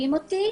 שומעים אותי?